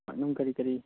ꯄꯥꯛꯅꯝ ꯀꯔꯤ ꯀꯔꯤ